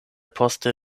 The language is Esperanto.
poste